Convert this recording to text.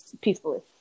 peacefully